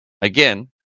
again